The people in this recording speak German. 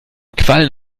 quallen